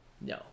No